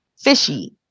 fishy